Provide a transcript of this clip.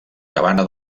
cabana